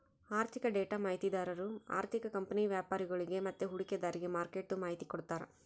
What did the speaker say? ಆಋಥಿಕ ಡೇಟಾ ಮಾಹಿತಿದಾರು ಆರ್ಥಿಕ ಕಂಪನಿ ವ್ಯಾಪರಿಗುಳ್ಗೆ ಮತ್ತೆ ಹೂಡಿಕೆದಾರ್ರಿಗೆ ಮಾರ್ಕೆಟ್ದು ಮಾಹಿತಿ ಕೊಡ್ತಾರ